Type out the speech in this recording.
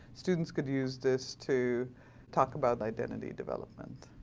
students could use this to talk about identity development.